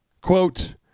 Quote